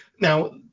now